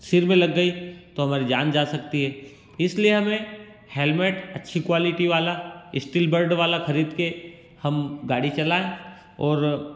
सिर में लग गई तो हमारी जान जा सकती है इसलिए हमें हैलमेट अच्छी क्वालिटी वाला स्टीलबर्ड वाला खरीद कर हम गाड़ी चलाएँ और